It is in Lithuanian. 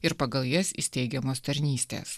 ir pagal jas įsteigiamos tarnystės